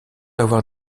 avoir